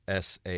sa